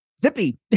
Zippy